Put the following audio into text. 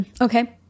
okay